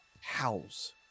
howls